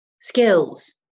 skills